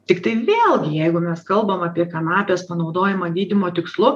tiktai vėlgi jeigu mes kalbam apie kanapės panaudojimą gydymo tikslu